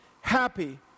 happy